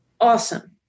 Awesome